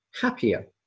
Happier